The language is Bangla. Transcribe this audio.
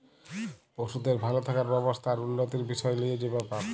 পশুদের ভাল থাকার ব্যবস্থা আর উল্যতির বিসয় লিয়ে যে ব্যাপার